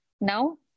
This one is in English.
now